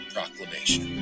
Proclamation